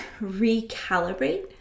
recalibrate